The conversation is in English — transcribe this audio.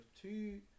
two